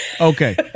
Okay